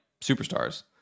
superstars